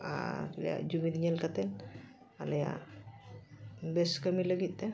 ᱟᱨ ᱟᱞᱮᱭᱟᱜ ᱡᱩᱢᱤᱫ ᱧᱮᱞ ᱠᱟᱛᱮ ᱟᱞᱮᱭᱟᱜ ᱵᱮᱹᱥ ᱠᱟᱹᱢᱤ ᱞᱟᱹᱜᱤᱫ ᱛᱮ